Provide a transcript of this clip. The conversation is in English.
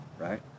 right